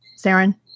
saren